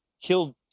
killed